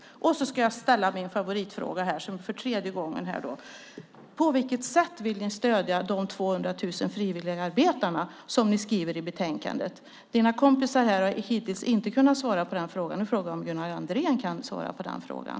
Jag ska för tredje gången ställa min favoritfråga här: På vilket sätt vill ni stödja de 200 000 frivilligarbetarna, som ni skriver i betänkandet? Dina kompisar här har hittills inte kunnat svar på den frågan. Nu undrar jag om Gunnar Andrén kan svara på den frågan.